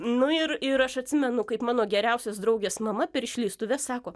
nu ir ir aš atsimenu kaip mano geriausios draugės mama per išleistuves sako